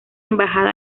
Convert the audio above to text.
embajada